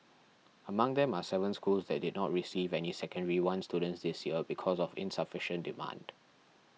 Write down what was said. among them are seven schools that did not receive any Secondary One students this year because of insufficient demand